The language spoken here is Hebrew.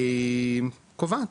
קובעת,